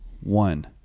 one